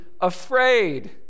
afraid